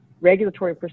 regulatory